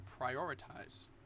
prioritize